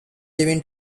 living